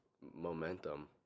momentum